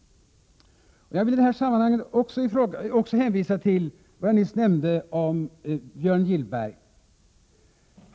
Jag vill åter hänvisa till Björn Gillbergs artikel.